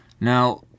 Now